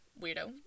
weirdo